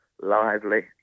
lively